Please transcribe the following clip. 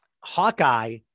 hawkeye